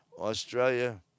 Australia